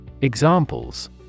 Examples